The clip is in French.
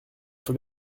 faut